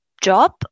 job